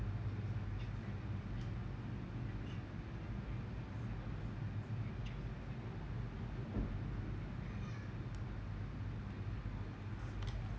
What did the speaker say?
and